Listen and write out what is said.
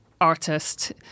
artist